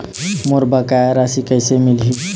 मोर बकाया राशि कैसे मिलही?